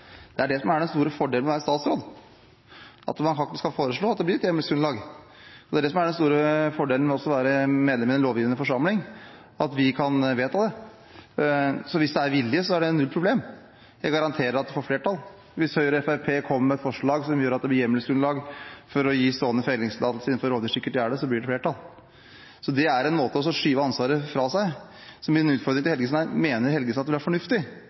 Det er det som er den store fordelen med å være statsråd, at man faktisk kan foreslå at det blir et hjemmelsgrunnlag. Det er også det som er den store fordelen med å være medlem av den lovgivende forsamling, at vi kan vedta det. Så hvis det er vilje, er det null problem. Jeg garanterer at det får flertall. Hvis Høyre og Fremskrittspartiet kommer med et forslag som gjør at det blir hjemmelsgrunnlag for å gi stående fellingstillatelse innenfor rovdyrsikkert gjerde, blir det flertall. Å si at det ikke er hjemmelsgrunnlag er en måte å skyve ansvaret fra seg på. Min utfordring til Helgesen er: Mener Helgesen at det vil være fornuftig,